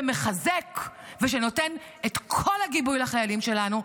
שמחזק ושנותן את כל הגיבוי לחיילים שלנו,